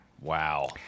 Wow